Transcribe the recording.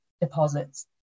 deposits